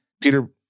Peter